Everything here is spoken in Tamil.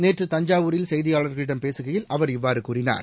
நேற்று தஞ்சாவூரில் செய்தியாளர்களிடம் பேசுகையில் அவர் இவ்வாறுகூறினார்